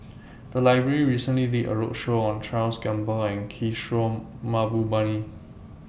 The Library recently did A roadshow on Charles Gamba and Kishore Mahbubani